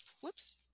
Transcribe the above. whoops